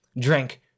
Drink